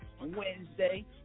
Wednesday